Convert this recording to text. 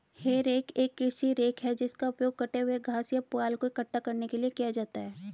हे rake एक कृषि rake है जिसका उपयोग कटे हुए घास या पुआल को इकट्ठा करने के लिए किया जाता है